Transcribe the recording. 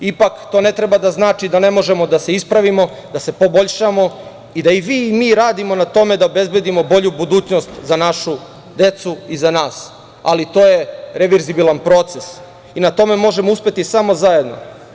Ipak, to ne treba da znači da ne možemo da se ispravimo, da se poboljšamo i da i vi i mi radimo na tome da obezbedimo bolju budućnost za našu decu i za nas, ali to je revirzibilan proces i na tome možemo uspeti samo zajedno.